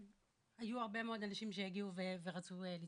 והיו הרבה מאוד אנשים שהגיעו ורצו לצפות.